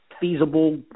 feasible